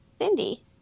cindy